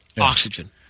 oxygen